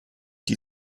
die